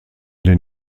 den